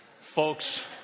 Folks